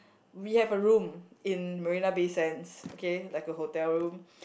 we have a room in Marina-Bay Sands okay like a hotel room